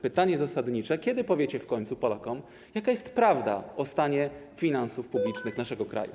Pytanie zasadnicze: Kiedy powiecie w końcu Polakom, jaka jest prawda o stanie finansów publicznych naszego kraju?